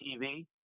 TV